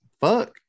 fuck